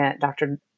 Dr